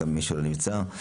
גם למי שלא נמצא.